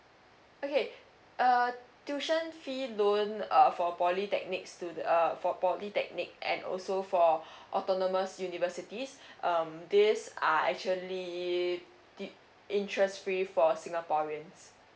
okay uh tuition fee loan uh for polytechnic stu~ err for polytechnic and also for autonomous universities um these are actually de~ interest free for singaporeans